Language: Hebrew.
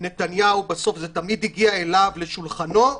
נתניהו, בסוף זה תמיד הגיע אליו, לשולחנו,